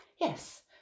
Yes